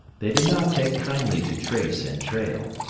they did not take kindly to trace and trail.